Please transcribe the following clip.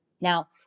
Now